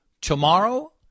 tomorrow